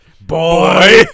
Boy